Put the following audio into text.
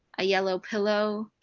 a yellow pillow,